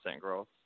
growth